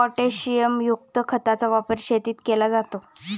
पोटॅशियमयुक्त खताचा वापर शेतीत केला जातो